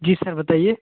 जी sir बताइए